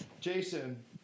jason